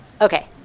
Okay